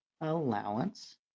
allowance